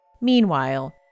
Meanwhile